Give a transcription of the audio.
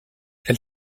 elle